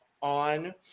on